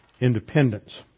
independence